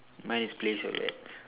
mine is place your bets